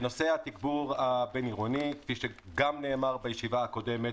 בנושא התגבור, כפי שגם נאמר בישיבה הקודמת,